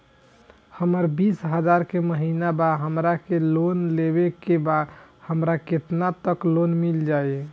हमर बिस हजार के महिना बा हमरा के लोन लेबे के बा हमरा केतना तक लोन मिल जाई?